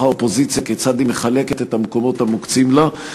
האופוזיציה כיצד היא מחלקת את המקומות המוקצים לה.